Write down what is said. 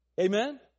Amen